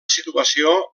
situació